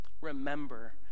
Remember